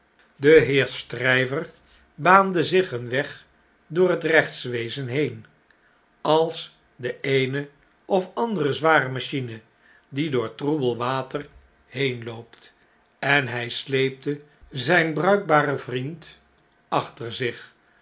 de heer stryver baande zich een weg door het rechtswezen heen als de eene of andere zware machine die door troebel water heenloopt en hy sleepte zyn bruikbaren vriend achter zich